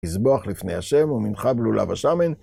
לזבוח לפני השם ומנחה בלולה בשמן.